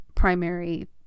primary